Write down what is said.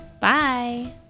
Bye